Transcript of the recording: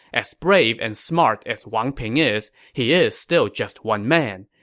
as brave and smart as wang ping is, he is still just one man.